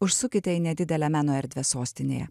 užsukite į nedidelę meno erdvę sostinėje